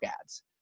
ads